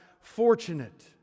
fortunate